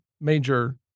major